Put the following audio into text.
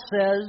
says